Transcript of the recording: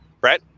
Brett